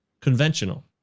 conventional